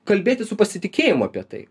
kalbėti su pasitikėjimu apie tai